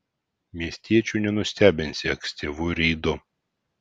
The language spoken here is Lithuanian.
miestiečių nenustebinsi ankstyvu reidu